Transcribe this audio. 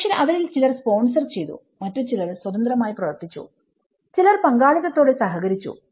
പക്ഷെ അവരിൽ ചിലർ സ്പോൺസർ ചെയ്തു മറ്റുചിലർ സ്വതന്ത്രമായി പ്രവർത്തിച്ചു ചിലർ പങ്കാളിത്തത്തോടെ സഹകരിച്ചു